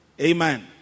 Amen